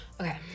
Okay